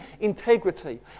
integrity